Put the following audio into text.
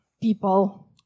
people